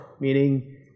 meaning